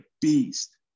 beast